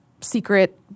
secret